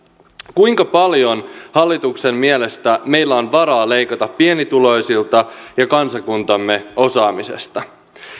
kuinka paljon hallituksen mielestä meillä on varaa leikata pienituloisilta ja kansakuntamme osaamisesta